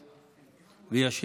312 ו-333,